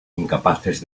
incapaces